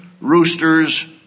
roosters